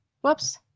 Whoops